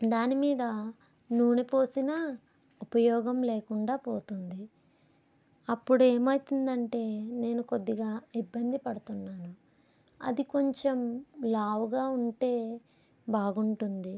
దానిమీద నూనె పోసిన ఉపయోగం లేకుండా పోతుంది అప్పుడు ఏమవుతుందంటే నేను కొద్దిగా ఇబ్బంది పడుతున్నాను అది కొంచెం లావుగా ఉంటే బాగుంటుంది